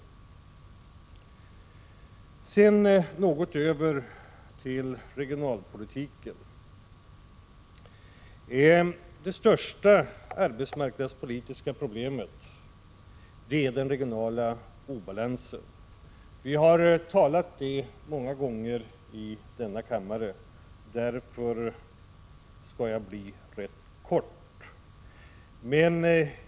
Så några ord om regionalpolitiken. Det största arbetsmarknadspolitiska problemet är den regionala obalansen. Vi har dryftat detta många gånger i denna kammare, och därför skall jag fatta mig rätt kort.